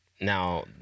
Now